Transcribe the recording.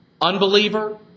Unbeliever